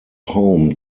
home